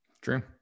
true